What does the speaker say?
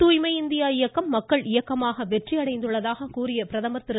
தூய்மை இந்தியா இயக்கம் மக்கள் இயக்கமாக வெற்றியடைந்ததாக கூறிய திரு